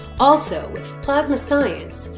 also, with plasma science,